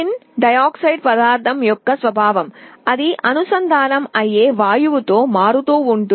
ఈ tin dioxide పదార్థం యొక్క స్వభావం అది అనుసంధానం అయ్యే వాయువుతో మారుతు ఉంటుంది